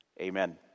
amen